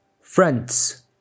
Friends